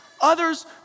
others